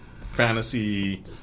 fantasy